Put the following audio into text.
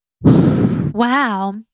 Wow